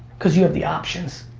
cause you have the options,